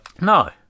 no